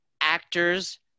actors